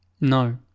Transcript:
No